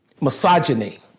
Misogyny